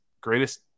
greatest